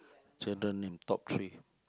children name top three